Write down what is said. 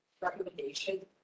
recommendation